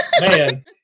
Man